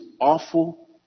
awful